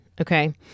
Okay